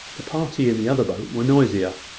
the party in the other boat were noisier,